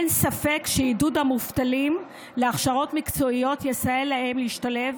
אין ספק שעידוד המובטלים להכשרות מקצועיות יסייע להם להשתלב